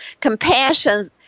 compassion